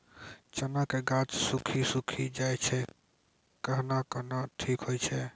चना के गाछ सुखी सुखी जाए छै कहना को ना ठीक हो छै?